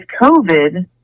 COVID